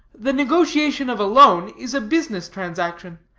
the negotiation of a loan is a business transaction.